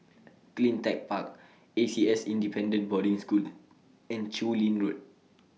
CleanTech Park A C S Independent Boarding School and Chu Lin Road